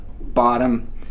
bottom